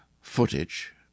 footage